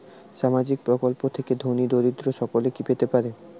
সামাজিক প্রকল্প থেকে ধনী দরিদ্র সকলে কি পেতে পারে?